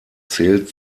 zählt